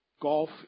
Golf